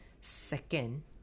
second